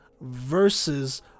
versus